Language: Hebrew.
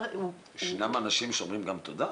ישנם אנשים שאומרים גם תודה?